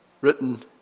written